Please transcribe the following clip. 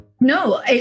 No